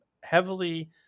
heavily